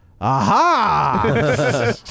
aha